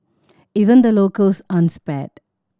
even the locals aren't spared